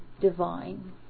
divine